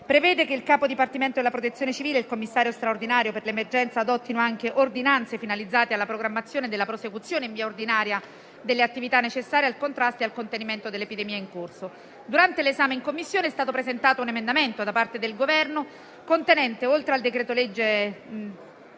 prevede che il capo dipartimento della Protezione civile e il commissario straordinario per l'emergenza adottino anche ordinanze finalizzate alla programmazione della prosecuzione in via ordinaria delle attività necessarie al contrasto e al contenimento dell'epidemia in corso. Durante l'esame in Commissione è stato presentato un emendamento da parte del Governo, contenente, oltre al decreto-legge